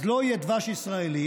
אז לא יהיה דבש ישראלי,